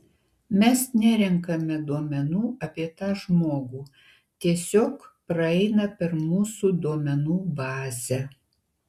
mes nerenkame duomenų apie tą žmogų tiesiog praeina per mūsų duomenų bazę